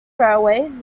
railways